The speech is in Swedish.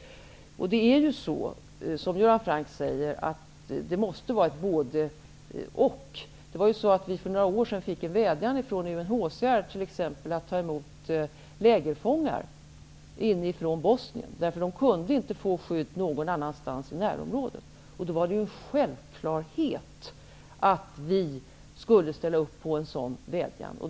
Som Hans Göran Franck säger måste det vara ett både--och. Vi fick exempelvis för några år sedan en vädjan från UNHCR om att ta emot lägerfångar från Bosnien, därför att de inte kunde få skydd någon annanstans i närområdet. Då var det ju en självklarhet att vi skulle ställa upp på en sådan vädjan.